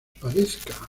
parezca